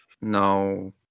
No